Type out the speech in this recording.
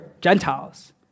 Gentiles